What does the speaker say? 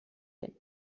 hin